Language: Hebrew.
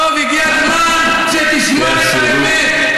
דב, הגיע הזמן שתשמע את האמת.